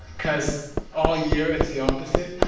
because all year it's the opposite.